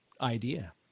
idea